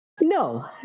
No